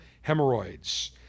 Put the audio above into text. hemorrhoids